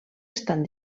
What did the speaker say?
estan